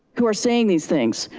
who are saying these things.